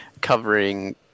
covering